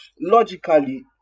logically